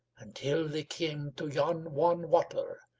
until they came to yon wan water,